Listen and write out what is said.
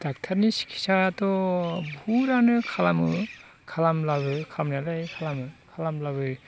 डक्ट'रनि सिकित्सायाथ' बुहुदआनो खालामो खालामब्लाबो खालामनायालाय खालामो खालामब्लाबो